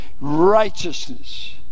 righteousness